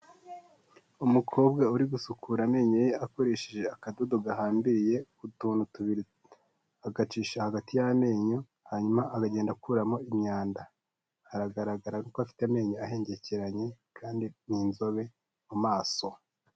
Umukobwa uri gusukura amenyo ye akoresheje akadodo gahambiriye ku tuntu tubiri, agacisha hagati y'amenyo hanyuma akagenda akuramo imyanda, biragaragara kuko afite amenyo ahengekeranye kandi n'inzobe mu maso.